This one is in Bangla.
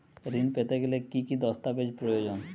ঋণ পেতে গেলে কি কি দস্তাবেজ প্রয়োজন?